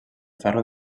ferro